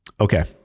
Okay